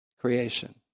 creation